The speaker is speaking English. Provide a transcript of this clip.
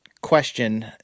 question